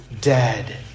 dead